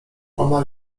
ona